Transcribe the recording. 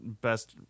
Best